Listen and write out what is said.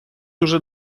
уже